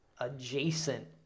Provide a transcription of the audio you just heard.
adjacent